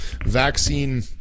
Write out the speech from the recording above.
vaccine